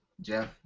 Jeff